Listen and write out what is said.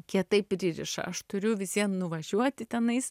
kietai pririša aš turiu vis vien nuvažiuoti tenais